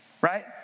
right